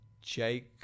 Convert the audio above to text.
Jake